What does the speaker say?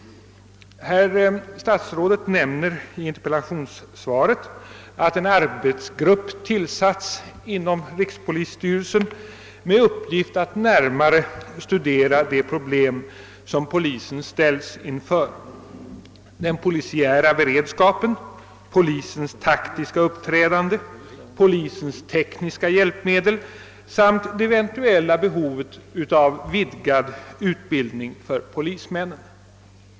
Herr statsrådet nämnde i interpella tionssvaret att en arbetsgrupp tillsatts inom rikspolisstyrelsen med uppgift att närmare studera de problem som polisen ställs inför, den polisiära beredskapen, polisens taktiska uppträdande, polisens tekniska hjälpmedel samt det eventuella behovet av vidgad utbildning för polismännen.